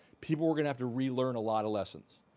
people were gonna have to relearn a lot of lessons,